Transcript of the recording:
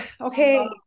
Okay